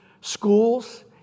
schools